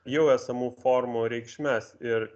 jau esamų formų reikšmes ir